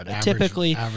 Typically